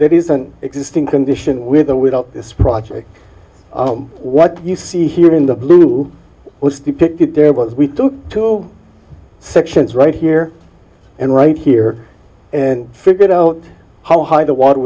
there is an existing condition with or without this project what you see here in the blue was depicted there was we took two sections right here and right here and figured out how high the water